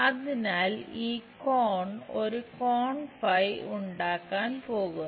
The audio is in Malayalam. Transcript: അതിനാൽ ഈ കോൺ ഒരു കോൺ ഫൈ ഉണ്ടാക്കാൻ പോകുന്നു